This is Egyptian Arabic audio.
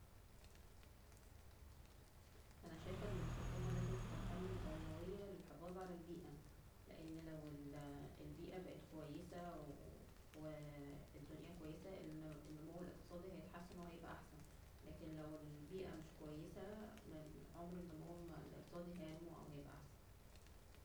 أنا شايفة أن الحكومة لازم تخلي الأولوية للحفاظ على البيئة لأن لو البيئة بقت كويسة والدنيا كويسة النمو الاقتصادي هيتحسن وهيبقى احسن لكن لو البيئة مش كويسة عمر النمو ما الاقتصادي هينمو او هيبقى احسن